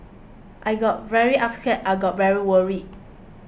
I got very upset I got very worried